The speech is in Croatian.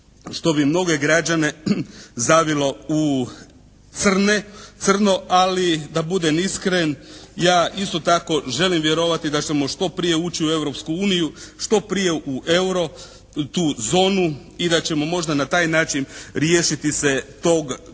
što bi mnoge građane zavilo u crno. Ali da budem iskren ja isto tako želim vjerovati da ćemo što prije ući u Europsku uniju, što prije u EURO tu zonu i da ćemo možda na taj način riješiti se tog kraha